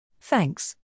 Thanks